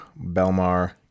Belmar